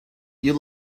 you